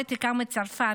עולה ותיקה מצרפת,